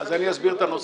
אז אני אסביר את הנושא.